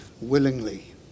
willingly